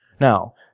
Now